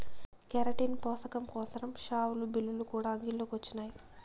keratin పోసకం కోసరం షావులు, బిల్లులు కూడా అంగిల్లో కొచ్చినాయి